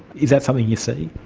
is that something you see?